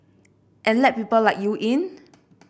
and let people like you in